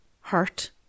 hurt